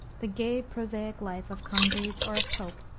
the gay, prosaic life of congreve or of pope.